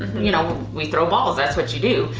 you know, we throw balls, that's what you do.